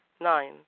Nine